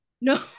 No